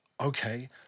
okay